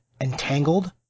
Entangled